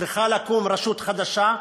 צריכה לקום רשות חדשה,